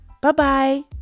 Bye-bye